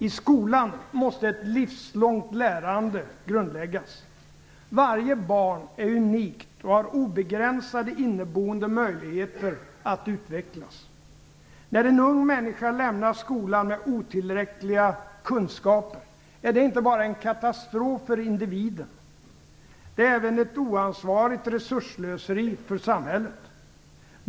I skolan måste ett livslångt lärande grundläggas. Varje barn är unikt och har obegränsade inneboende möjligheter att utvecklas. När en ung människa lämnar skolan med otillräckliga kunskaper är det inte bara en katastrof för individen. Det är även ett oansvarigt resursslöseri för samhället.